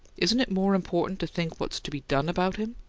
isn't it more important to think what's to be done about him?